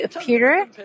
Peter